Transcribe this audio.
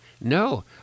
no